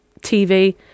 TV